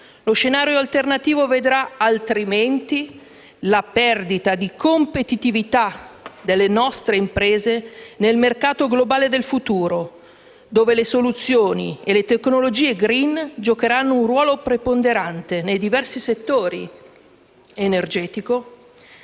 Lo scenario alternativo vedrà altrimenti la perdita di competitività delle nostre imprese nel mercato globale del futuro, dove le soluzioni e le tecnologie *green* giocheranno un ruolo preponderante nei diversi settori; energetico,